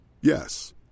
Yes